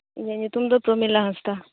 ᱤᱧᱟᱹᱜ ᱧᱩᱛᱩᱢ ᱫᱚ ᱯᱨᱚᱢᱤᱞᱟ ᱦᱟᱸᱥᱫᱟ